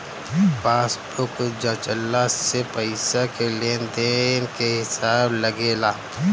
passbook जाँचला से पईसा के लेन देन के हिसाब लागेला